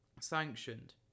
sanctioned